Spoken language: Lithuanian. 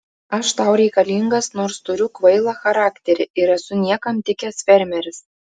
aš tau reikalingas nors turiu kvailą charakterį ir esu niekam tikęs fermeris